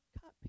cut